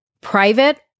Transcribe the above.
private